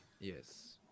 Yes